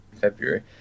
February